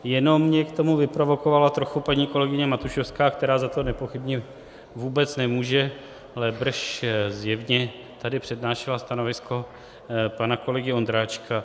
Jenom mě k tomu vyprovokovala trochu paní kolegyně Matušovská, která za to nepochybně vůbec nemůže, alebrž zjevně tady přednášela stanovisko pana kolegy Ondráčka.